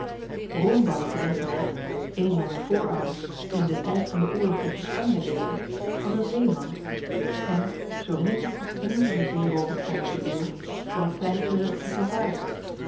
ombout renkelaer een mijner voorouders die in den tijd van den oorlog tegen panje leefde was een zeeman en zoomin als een van de zeerobben uit die eeuw voor een klein geruchtje vervaard